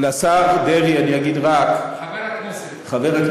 לשר דרעי אני אגיד רק, חבר הכנסת.